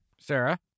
Sarah